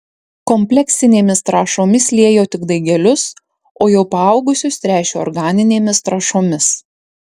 kompleksinėmis trąšomis liejo tik daigelius o jau paaugusius tręšė organinėmis trąšomis